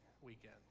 weekend